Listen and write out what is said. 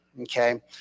okay